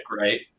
right